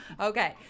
Okay